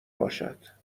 باشد